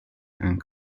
and